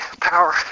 power